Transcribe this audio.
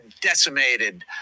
decimated